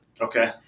Okay